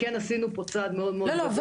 אנחנו כן עשינו פה צעד מאוד מאוד גדול --- לא,